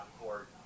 court